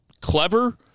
clever